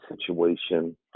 situation